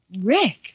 Rick